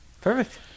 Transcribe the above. Perfect